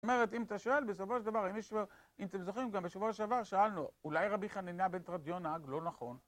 זאת אומרת, אם אתה שואל בסופו של דבר, אם איש שואל, אם אתם זוכרים גם בשבוע שעבר, שאלנו, אולי רבי חנינא בן תרדיון נהג לא נכון?